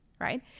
Right